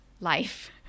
life